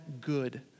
good